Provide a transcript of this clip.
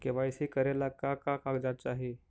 KYC करे ला का का कागजात चाही?